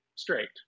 straight